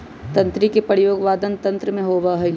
तंत्री के प्रयोग वादन यंत्र में होबा हई